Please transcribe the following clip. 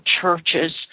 churches